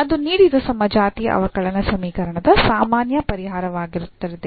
ಅದು ನೀಡಿದ ಸಮಜಾತೀಯ ಅವಕಲನ ಸಮೀಕರಣದ ಸಾಮಾನ್ಯ ಪರಿಹಾರವಾಗಿರುತ್ತದೆ